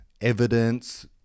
evidence